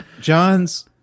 John's